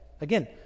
Again